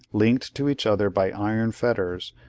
linked to each other by iron fetters,